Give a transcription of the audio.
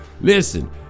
Listen